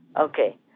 Okay